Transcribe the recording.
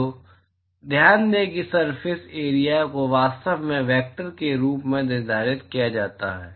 तो ध्यान दें कि सरफेस एरिया को वास्तव में वेक्टर के रूप में निर्धारित किया जा सकता है